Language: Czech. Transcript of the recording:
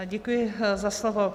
Děkuji za slovo.